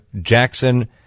Jackson